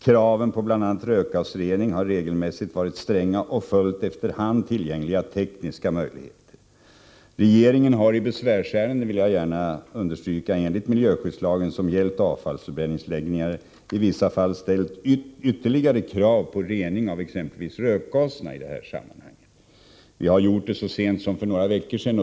Kraven på bl.a. rökgasrening har regelmässigt varit stränga och följt efter hand tillgängliga tekniska möjligheter. Regeringen har i besvärsärenden, det vill jag gärna understryka, enligt miljöskyddslagen som gällt avfallsförbränningsanläggningar i vissa fall ställt ytterligare krav på rening av exempelvis rökgaserna i detta sammanhang. Vi har gjort det så sent som för några veckor sedan.